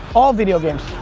all video games.